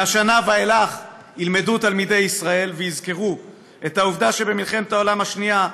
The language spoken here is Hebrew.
מהשנה ואילך ילמדו תלמידי ישראל ויזכרו את העובדה שבמלחמת העולם השנייה,